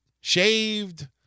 shaved